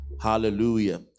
Hallelujah